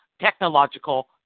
technological